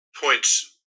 points